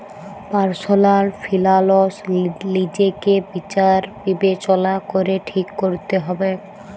personal ফিলালস লিজেকে বিচার বিবেচলা ক্যরে ঠিক ক্যরতে হবেক